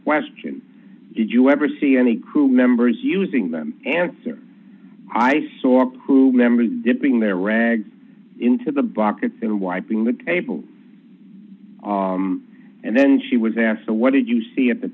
question did you ever see any crew members using them answer i saw crew members dipping their rags into the buckets and wiping the table and then she was asked what did you see at the